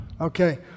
Okay